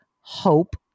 hope